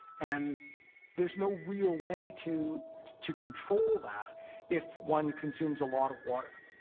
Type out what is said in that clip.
and there's no real way to to control that if one consumes a lot of water.